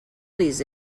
these